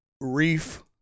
reef